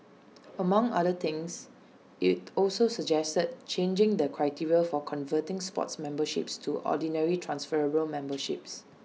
among other things IT also suggested changing the criteria for converting sports memberships to ordinary transferable memberships